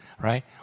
right